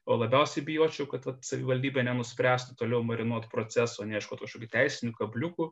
o labiausiai bijočiau kad vat savivaldybė nenuspręstų toliau marinuot proceso neieškot kažkokių teisinių kabliukų